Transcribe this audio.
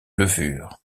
levure